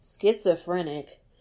schizophrenic